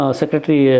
secretary